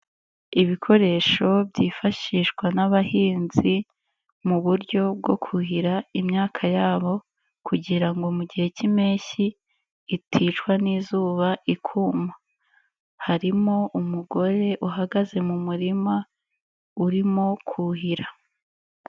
Ibikoresho byifashishwa n'abahinzi mu buryo bwo kuhira imyaka yabo kugira ngo mu gihe cy'impeshyi iticwa n'izuba ikuma, harimo umugore uhagaze mu murima urimo kuhira.